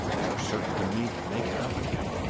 they are certain to meet and make it up again,